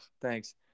thanks